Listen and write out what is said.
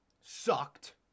sucked